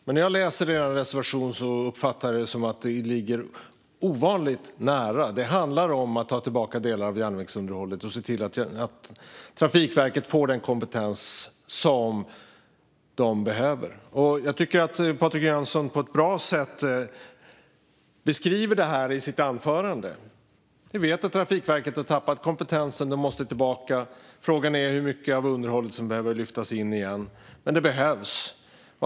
När jag läser er reservation uppfattar jag det som att ni ligger ovanligt nära. Det handlar om att ta tillbaka delar av järnvägsunderhållet och se till att Trafikverket får den kompetens som det behöver. Jag tycker att Patrik Jönsson på ett bra sätt beskriver detta i sitt anförande. Vi vet att Trafikverket har tappat kompetensen. Den måste komma tillbaka. Frågan är hur mycket av underhållet som behöver lyftas in igen. Men det behövs.